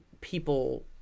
people